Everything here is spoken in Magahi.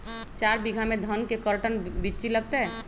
चार बीघा में धन के कर्टन बिच्ची लगतै?